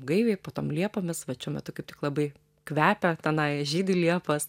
gaiviai po tom liepomis vat šiuo metu kaip tik labai kvepia tenai žydi liepos